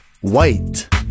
white